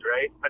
Right